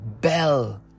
bell